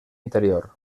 interior